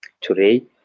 today